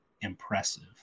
impressive